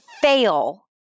fail